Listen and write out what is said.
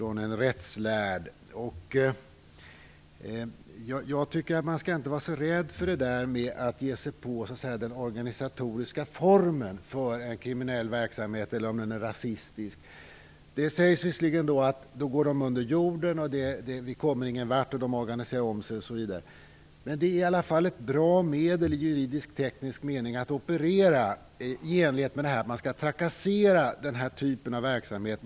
Jag tycker inte att man skall vara så rädd för att ge sig på den organisatoriska formen för en kriminell verksamhet eller en rasistisk verksamhet. Det sägs visserligen att de då går under jorden, att vi inte kommer någon vart, att de organiserar om sig osv. Men det är ett bra medel att operera med i juridisk-teknisk mening, i enlighet med att man skall trakassera den här typen av verksamhet.